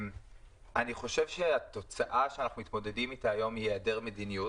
אני חושב שהתוצאה אתה אנחנו מתמודדים היום היא היעדר מדיניות.